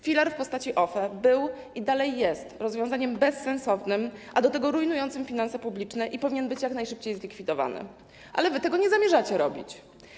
Filar w postaci OFE był i dalej jest rozwiązaniem bezsensownym, a do tego rujnującym finanse publiczne i powinien być jak najszybciej zlikwidowany, ale wy tego nie zamierzacie robić.